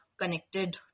connected